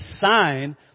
sign